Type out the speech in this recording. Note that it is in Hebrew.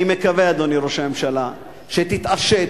אני מקווה, אדוני ראש הממשלה, שתתעשת,